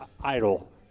Idle